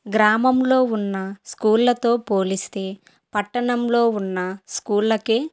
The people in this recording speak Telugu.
గ్రామంలో ఉన్న స్కూళ్ళతో పోలిస్తే పట్టణంలో ఉన్న స్కూళ్ళకి